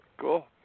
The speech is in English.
Cool